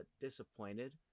disappointed